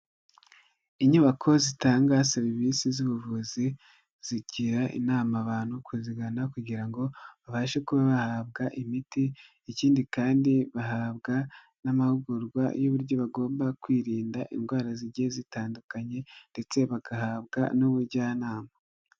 Inyubako zitanga serivisi z'ubuvuzi zigira inama abantu kuzigana kugira ngo babashe kuba bahabwa imiti. Ikindi kandi bahabwa n'amahugurwa y'uburyo bagomba kwirinda indwara zigiye zitandukanye ndetse bagahabwa n'ubujyanama.